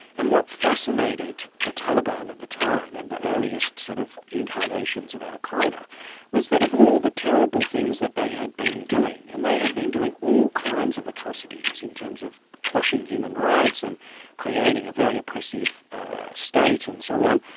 and what fascinated the taliban at the time and the earliest sort of incarnations of al qaeda was that of all the terrible things that they had been doing, and they had been doing all kinds of atrocities in terms of quashing human rights and creating a very oppressive state and so on,